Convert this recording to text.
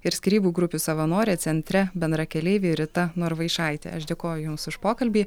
ir skyrybų grupių savanorė centre bendrakeleiviai rita norvaišaitė aš dėkoju jums už pokalbį